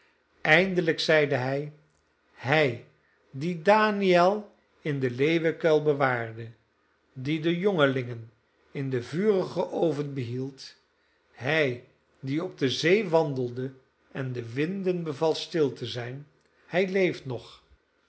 eindelijk zeide hij hij die daniël in den leeuwenkuil bewaarde die de jongelingen in den vurigen oven behield hij die op de zee wandelde en de winden beval stil te zijn hij leeft nog